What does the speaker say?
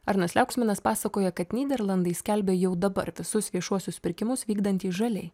arnas liauksminas pasakoja kad nyderlandai skelbia jau dabar visus viešuosius pirkimus vykdantys žaliai